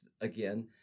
again